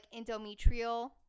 endometrial